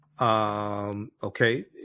Okay